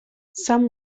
some